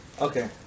Okay